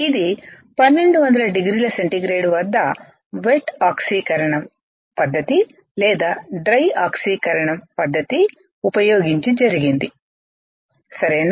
ఇది 1200 డిగ్రీల సెంటీగ్రేడ్ వద్ద వెట్ ఆక్సీకరణం పద్ధతి లేదా డ్రై ఆక్సీకరణం పద్ధతి ఉపయోగించి జరిగింది సరేనా